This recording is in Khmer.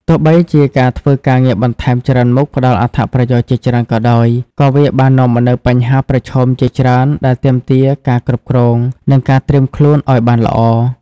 ទោះបីជាការធ្វើការងារបន្ថែមច្រើនមុខផ្តល់អត្ថប្រយោជន៍ជាច្រើនក៏ដោយ ក៏វាបាននាំមកនូវបញ្ហាប្រឈមជាច្រើនដែលទាមទារការគ្រប់គ្រង និងការត្រៀមខ្លួនឱ្យបានល្អ។